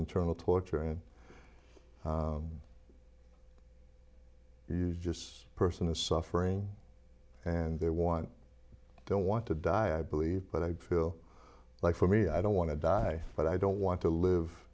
internal torture and you just a person is suffering and they want don't want to die i believe but i feel like for me i don't want to die but i don't want to live